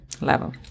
level